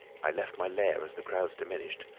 i left my lair as the crowds diminished,